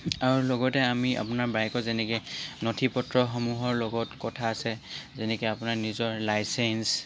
আৰু লগতে আমি আপোনাৰ বাইকৰ যেনেকৈ নথিপত্ৰসমূহৰ লগত কথা আছে যেনেকৈ আপোনাৰ নিজৰ লাইচেন্স